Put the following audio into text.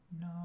no